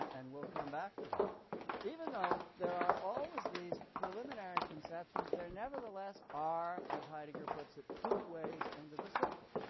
and we'll come back to that even though there are always these preliminary conceptions, there nevertheless are, as heidegger puts it, two ways into the circle.